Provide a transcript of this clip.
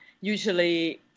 usually